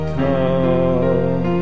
come